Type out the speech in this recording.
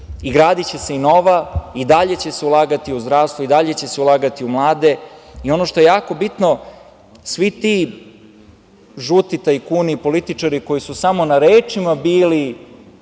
Gradiće se i nova, i dalje će se ulagati u zdravstvo, i dalje će se ulagati u mlade. Ono što je jako bitno, svi ti žuti tajkuni, političari koji su samo na rečima bili